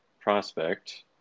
prospect